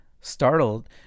Startled